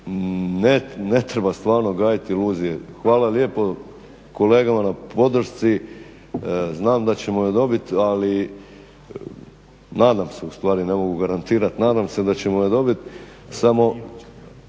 ne treba stvarno graditi iluzije. Hvala lijepo kolegama na podršci, znam da ćemo je dobit ali nadam se, ne mogu garantirat, nadam se da ćemo je dobiti